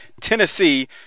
tennessee